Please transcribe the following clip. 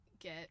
get